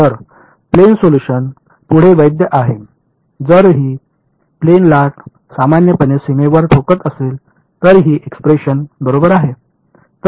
तर plane solution पुढे वैध आहे जर ही प्लेन लाट सामान्यपणे सीमेवर ठोकत असेल तर ही एक्सप्रेशन बरोबर आहे